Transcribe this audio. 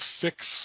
fix